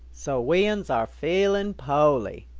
so we-uns are feeling po'ly,